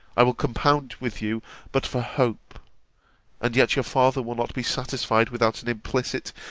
i will compound with you but for hope and yet your father will not be satisfied without an implicit,